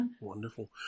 Wonderful